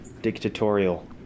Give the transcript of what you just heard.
dictatorial